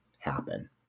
happen